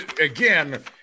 again